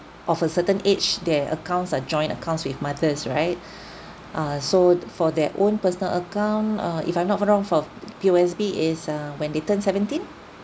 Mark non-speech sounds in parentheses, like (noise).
of a certain age their accounts are joint accounts with mothers right (breath) uh so for their own personal account uh if I'm not wrong for P_O_S_B is uh when they turn seventeen